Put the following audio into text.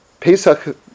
Pesach